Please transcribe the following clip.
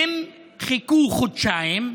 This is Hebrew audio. הן חיכו חודשיים.